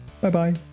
Bye-bye